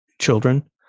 children